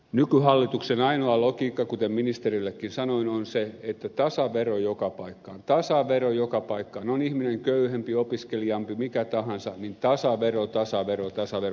eli nykyhallituksen ainoa logiikka kuten ministerillekin sanoin on se että tasavero joka paikkaan tasavero joka paikkaan on ihminen köyhempi opiskelijampi mikä tahansa niin tasavero tasavero tasavero